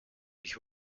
ich